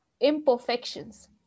imperfections